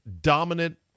dominant